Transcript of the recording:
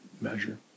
measure